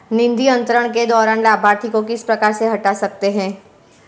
निधि अंतरण के दौरान लाभार्थी को किस प्रकार से हटा सकते हैं?